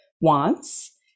wants